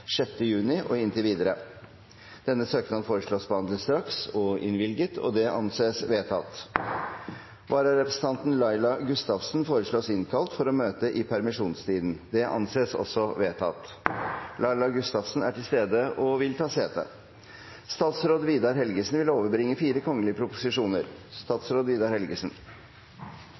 6. juni og inntil videre. Etter forslag fra presidenten ble enstemmig besluttet: Søknaden behandles straks og innvilges. Vararepresentanten, Laila Gustavsen, innkalles for å møte i permisjonstiden. Laila Gustavsen er til stede og vil ta sete. Før sakene på dagens kart tas opp til behandling, vil